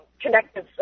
connective